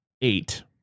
eight